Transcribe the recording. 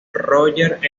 roger